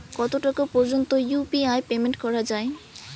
কত টাকা পর্যন্ত ইউ.পি.আই পেমেন্ট করা যায়?